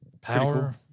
Power